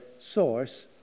source